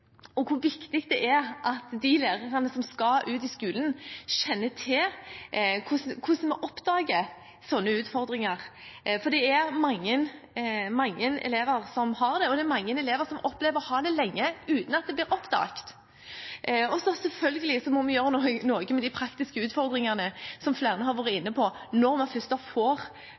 og hvor viktig det er at de lærerne som skal ut i skolen, kjenner til hvordan man oppdager slike utfordringer, for det er mange elever som har det, og det er mange elever som opplever å ha det lenge uten at det blir oppdaget. Så må vi selvfølgelig gjøre noe med de praktiske utfordringene, som flere har vært inne på, for når man får konstatert hva slags utfordringer en har,